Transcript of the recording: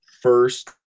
first